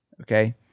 Okay